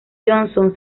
johnson